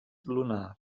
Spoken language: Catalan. lunar